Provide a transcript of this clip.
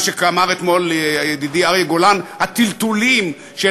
מה שאמר אתמול ידידי אריה גולן: הטלטולים של